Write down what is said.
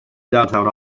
downtown